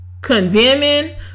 condemning